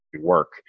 Work